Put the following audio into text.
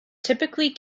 typically